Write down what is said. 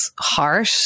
heart